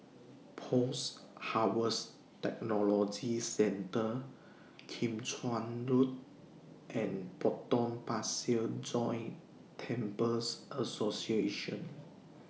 Post Harvest Technology Centre Kim Chuan Road and Potong Pasir Joint Temples Association